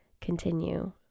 continue